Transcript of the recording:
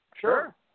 Sure